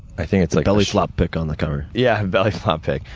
i think it's like bellyflop pic on the cover. yeah, bellyflop pic.